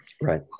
Right